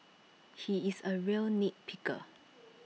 he is A real nit picker